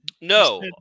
No